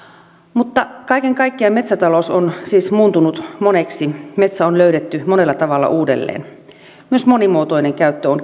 mutta kaiken kaikkiaan metsätalous on siis muuntunut moneksi metsä on löydetty monella tavalla uudelleen myös monimuotoinen käyttö on